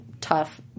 tough